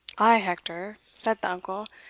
ay, hector, said the uncle,